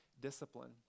discipline